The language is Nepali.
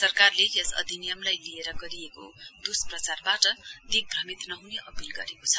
सरकारले यस अधिनियमलाई लिएर गरिएको द्व्प्रचारबाट दिग्भमित नहने अपील गरेको छ